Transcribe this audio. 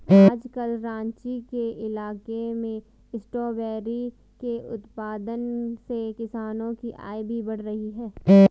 आजकल राँची के इलाके में स्ट्रॉबेरी के उत्पादन से किसानों की आय भी बढ़ रही है